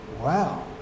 Wow